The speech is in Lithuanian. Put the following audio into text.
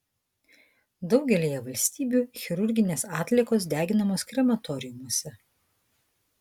daugelyje valstybių chirurginės atliekos deginamos krematoriumuose